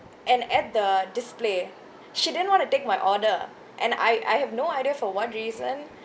and at the display she didn't want to take my order and I I have no idea for what reason